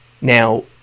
Now